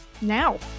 now